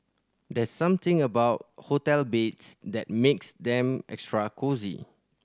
there's something about hotel beds that makes them extra cosy